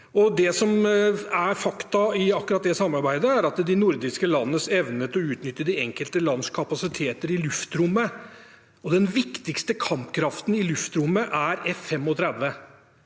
Sentralt i det samarbeidet står de nordiske landenes evne til å utnytte de enkelte lands kapasiteter i luftrommet, og den viktigste kampkraften i luftrommet er F-35.